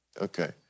Okay